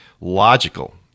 logical